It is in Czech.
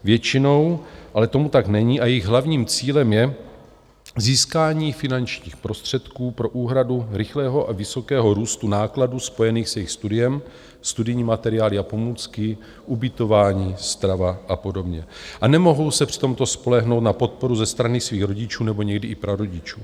Většinou ale tomu tak není a jejich hlavním cílem je získání finančních prostředků pro úhradu rychlého a vysokého růstu nákladů spojených s jejich studiem, studijní materiály a pomůcky, ubytování, strava apod., a nemohou se přitom spolehnout na podporu ze strany svých rodičů, anebo někdy i prarodičů.